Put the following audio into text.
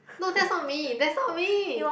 no that's not me that's not me